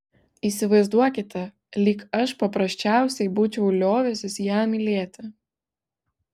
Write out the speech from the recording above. įsivaizduokite lyg aš paprasčiausiai būčiau liovęsis ją mylėti